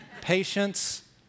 Patience